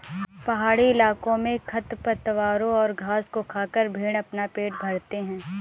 पहाड़ी इलाकों में खरपतवारों और घास को खाकर भेंड़ अपना पेट भरते हैं